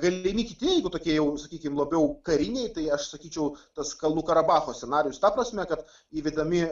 galimi kiti jeigu tokie jau sakykim labiau kariniai tai aš sakyčiau tas kalnų karabacho scenarijus ta prasme kad įvedami